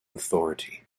authority